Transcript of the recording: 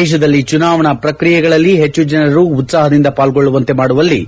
ದೇಶದಲ್ಲಿ ಚುನಾವಣಾ ಪ್ರಕ್ರಿಯೆಗಳಲ್ಲಿ ಹೆಚ್ಚು ಜನರು ಉತ್ಪಾಹದಿಂದ ಪಾಲ್ಗೊಳ್ಳುವಂತೆ ಮಾಡುವಲ್ಲಿ